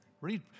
Read